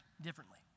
differently